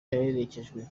yaherekejwe